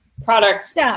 Products